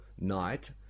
night